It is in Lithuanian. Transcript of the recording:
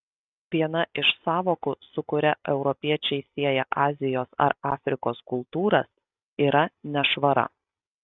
viena iš sąvokų su kuria europiečiai sieja azijos ar afrikos kultūras yra nešvara